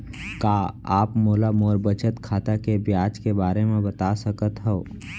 का आप मोला मोर बचत खाता के ब्याज के बारे म बता सकता हव?